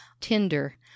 TINDER